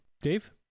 Dave